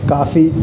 کافی